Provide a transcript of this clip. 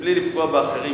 בלי לפגוע באחרים,